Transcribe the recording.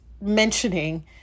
mentioning